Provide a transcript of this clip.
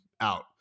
out